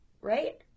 right